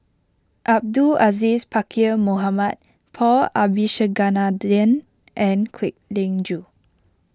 Abdul Aziz Pakkeer Mohamed Paul Abisheganaden and Kwek Leng Joo